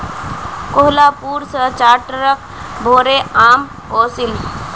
कोहलापुर स चार ट्रक भोरे आम ओसील